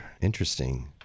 Interesting